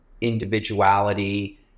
individuality